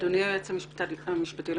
אדוני היועץ המשפטי לממשלה,